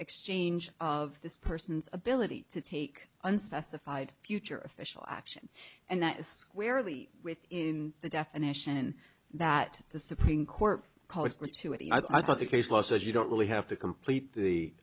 exchange of the person's ability to take unspecified future official action and that is squarely within the definition that the supreme court costs or to it i thought the case law says you don't really have to complete the